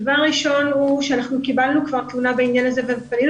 הדבר הראשון הוא שאנחנו קיבלנו כבר תלונה בעניין הזה ופנינו